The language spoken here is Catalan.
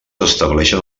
estableixen